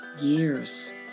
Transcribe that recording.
years